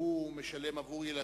והוא משלם עבור ילדיו,